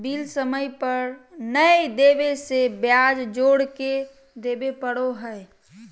bill समय पर नयय देबे से ब्याज जोर के देबे पड़ो हइ